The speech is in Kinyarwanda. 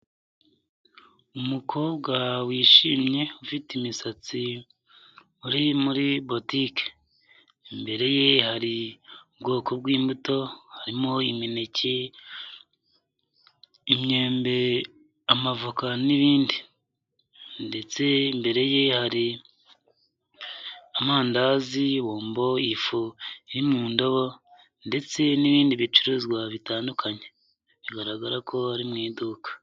Umukobwa wishimye ufite imisatsi uri muri botike, imbere ye hari ubwoko bw'imbuto, harimo imineke, imyembe, amavoka n'ibindi ndetse imbere ye hari amandazi, bombo, ifu iri mu ndobo ndetse n'ibindi bicuruzwa bitandukanye, bigaragara ko ari mu iduka.